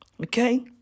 Okay